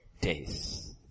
days